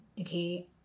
okay